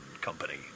company